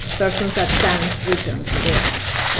persons that can't return to their countries.